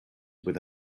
with